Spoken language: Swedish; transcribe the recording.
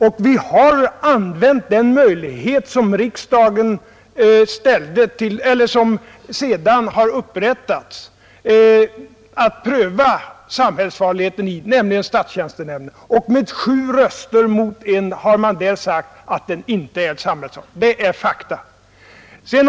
Man har använt den möjlighet som sedan skapats, nämligen att låta pröva samhällsfarligheten i statstjänstenämnden. Med sju röster mot en har man där sagt att lockouten inte är samhällsfarlig. Det är fakta.